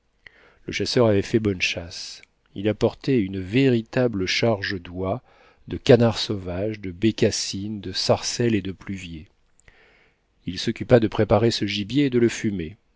le chasseur avait fait bonne chasse il apportait une véritable charge d'oies de canards sauvages de bécassines de sarcelles et de pluviers il s'occupa de préparer ce gibier et de le fumer